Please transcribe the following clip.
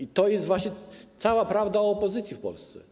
I to jest właśnie cała prawda o opozycji w Polsce.